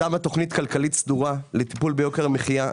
שמה תוכנית כלכלית סדורה לטיפול ביוקר המחיה.